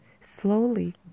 Slowly